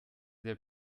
der